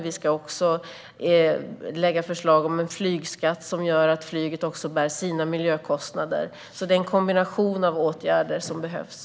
Vi ska också lägga fram förslag om en flygskatt som gör att också flyget bär sina miljökostnader. Det är en kombination av åtgärder som behövs.